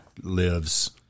lives